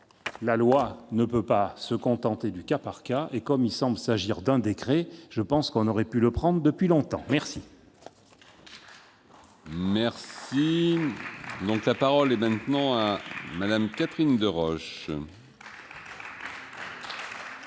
la loi ne peut pas se contenter du cas par cas. Comme il semble s'agir d'un décret, je pense qu'on aurait pu le prendre depuis longtemps ! La parole est à Mme Catherine Deroche.